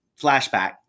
flashback